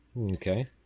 okay